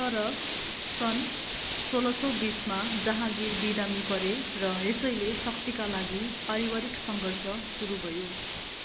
तर सन् सोह्र सौ बिसमा जहाँगिर बिरामी परे र यसैले शक्तिका लागि पारिवारिक सङ्घर्ष सुरु भयो